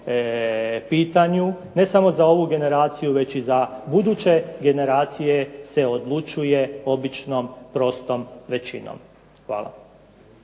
ne samo za ovu generaciju, već i za buduće generacije se odlučuje običnom prostom većinom. Hvala.